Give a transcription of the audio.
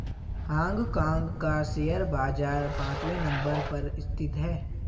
Hong Kong का शेयर बाजार पांचवे नम्बर पर स्थित है